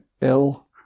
ill